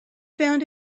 found